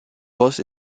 rauch